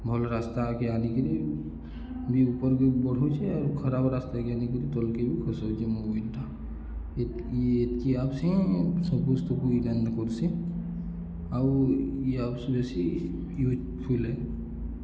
ଭଲ୍ ରାସ୍ତାକେ ଆନିକିରି ବି ଉପର୍କେ ବଢ଼ଉଛେ ଆଉ ଖରାପ୍ ରାସ୍ତାକେ ଆନିକରି ତଲ୍କେ ବି ଖସଉଛେ ମୋବାଇଲ୍ଟା ଇ ଏତ୍କି ଆପ୍ସ ହିଁ ସମସ୍ତକୁ କର୍ସେ ଆଉ ଇଏ ଆପ୍ସ ବେଶୀ ୟୁଜ୍ଫୁଲ୍